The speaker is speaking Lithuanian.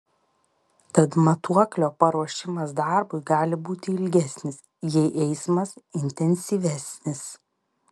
tad matuoklio paruošimas darbui gali būti ilgesnis jei eismas intensyvesnis